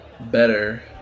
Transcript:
better